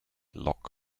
lock